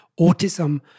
autism